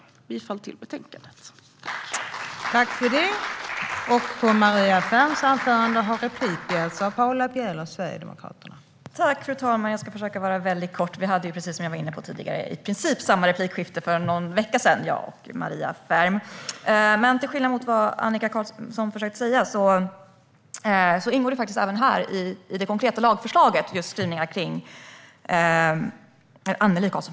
Jag yrkar bifall till utskottets förslag.